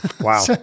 Wow